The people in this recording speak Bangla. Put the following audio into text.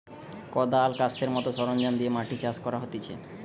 কদাল, কাস্তের মত সরঞ্জাম দিয়ে মাটি চাষ করা হতিছে